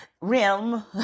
rim